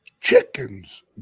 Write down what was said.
chickens